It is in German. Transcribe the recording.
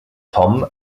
tom